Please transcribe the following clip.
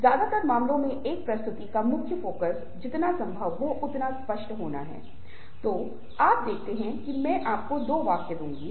जब non verbal communication की बात आती है तो कुछ चीजें हैं जिन्हें मैं उजागर करना चाहूंगा